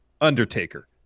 undertaker